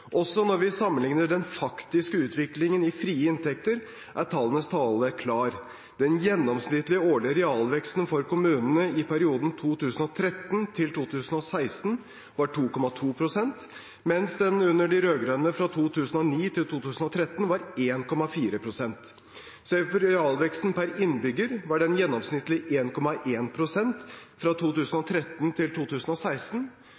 Også når vi sammenlikner den faktiske utviklingen i frie inntekter, er tallenes tale klar. Den gjennomsnittlig årlige realveksten for kommunene i perioden 20l3–2016 var 2,2 pst., mens den under de rød-grønne fra 2009–2013 var 1,4 pst. Ser vi på realveksten per innbygger, var den i gjennomsnitt 1,1 pst. i årene 2013–2016, mot bare 0,1 pst. under de rød-grønne fra